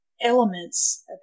Elements